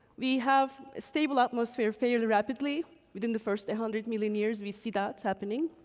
we have stable atmosphere fairly rapidly within the first eight hundred million years. we see that happening,